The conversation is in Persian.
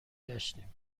گشتیم